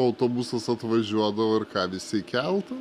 autobusas atvažiuodavo ir ką visi į keltą